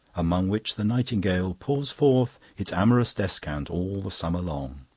among which the nightingale pours forth its amorous descant all the summer long.